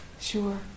Sure